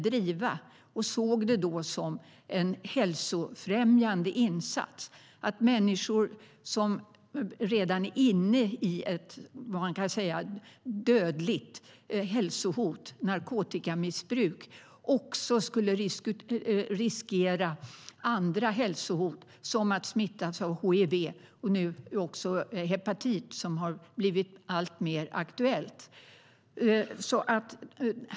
Vi såg det då som en hälsofrämjande insats. Att människor som redan är inne i ett dödligt hälsohot, narkotikamissbruk, också riskerar andra hälsohot som att smittas av hiv och nu även hepatit har blivit alltmer aktuellt.